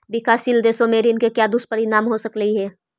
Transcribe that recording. विकासशील देशों के ऋण के क्या दुष्परिणाम हो सकलई हे